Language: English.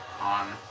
on